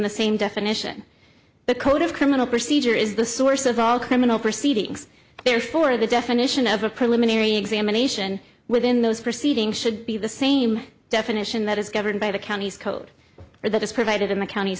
the same definition the code of criminal procedure is the source of all criminal proceedings therefore the definition of a preliminary examination within those proceedings should be the same definition that is governed by the county's code or that is provided in the count